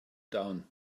down